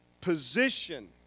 position